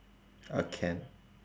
a can